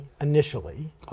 initially